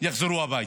יחזרו הביתה,